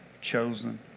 chosen